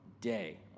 day